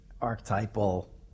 archetypal